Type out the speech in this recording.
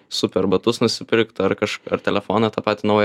super batus nusipirkti ar kažką ar telefoną tą patį naują